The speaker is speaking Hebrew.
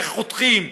איך חותכים,